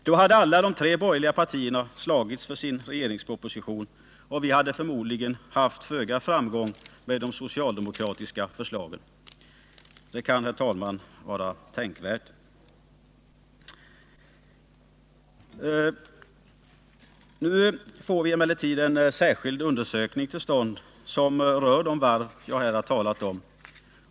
Då hade alla tre borgerliga partierna slagits för sin regeringsproposition, och vi hade förmodligen haft föga framgång med de socialdemokratiska förslagen. Det kan, herr talman, vara tänkvärt. Nu får vi emellertid till stånd en särskild undersökning som rör de varv jag här har talat om.